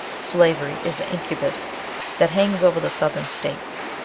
slavery is the incubus that hangs over the southern states.